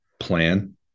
plan